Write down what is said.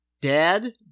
Dad